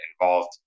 involved